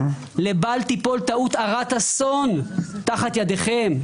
לבל תיפול טעות הרת אסון תחת ידיכם,